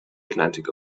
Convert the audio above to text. atlantic